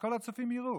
שכל הצופים יראו.